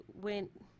went